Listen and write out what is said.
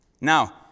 Now